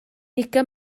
ugain